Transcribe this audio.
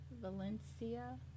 Valencia